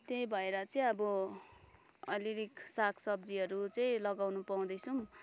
त्यही भएर चाहिँ अब अलिअलि सागसब्जीहरू चाहिँ लगाउन पाउँदैछौँ